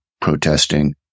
protesting